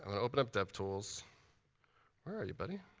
um to open up devtools. where are you, buddy?